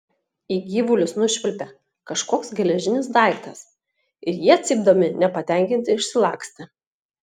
į gyvulius nušvilpė kažkoks geležinis daiktas ir jie cypdami nepatenkinti išsilakstė